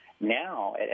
Now